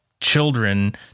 children